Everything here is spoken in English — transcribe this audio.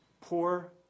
Poor